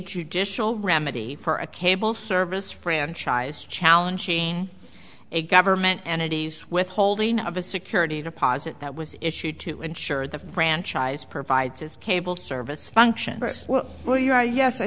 judicial remedy for a cable service franchise challenging a government entities withholding of a security deposit that was issued to ensure the franchise provides its cable service function well y